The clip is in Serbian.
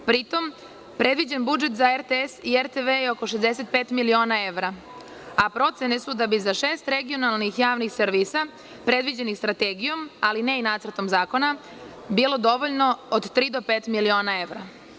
Pri tom, predviđen budžet za RTS i RTV je oko 65 miliona evra, a procene su da bi za šest regionalnih javnih servisa, predviđenih Strategijom ali ne i Nacrtom zakona, bilo dovoljno od tri do pet miliona evra.